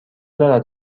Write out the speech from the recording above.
دارد